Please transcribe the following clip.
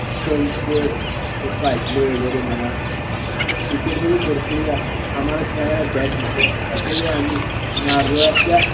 stumps काढणे वगैरे म्हणा क्रिकेटमध्ये भरपूर वेळा आम्हाला खेळायला बॅट नसायची अशा वेळी आम्ही नारळाच्या